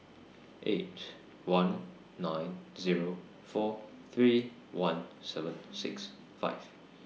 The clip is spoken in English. eight one nine Zero four three one seven six five